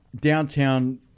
downtown